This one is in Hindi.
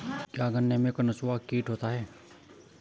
क्या गन्नों में कंसुआ कीट होता है?